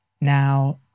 now